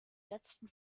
letzten